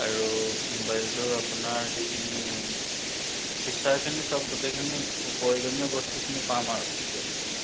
আৰু মোবাইলটোৰ আপোনাৰ যিখিনি ফিচাৰখিনি চব গোটেইখিনি প্ৰয়োজনীয় বস্তুখিনি পাম আৰু এই মোবাইলটোত